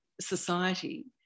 society